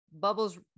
Bubbles